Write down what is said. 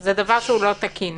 זה דבר שהוא לא תקין.